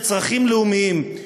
לצרכים לאומיים.